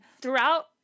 throughout